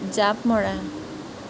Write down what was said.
জাঁপ মৰা